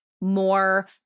more